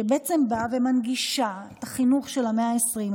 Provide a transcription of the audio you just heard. שבאה ומנגישה את החינוך של המאה ה-20,